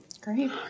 Great